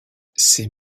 ses